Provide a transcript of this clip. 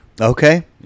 Okay